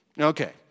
Okay